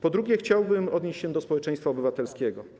Po drugie, chciałbym odnieść się do społeczeństwa obywatelskiego.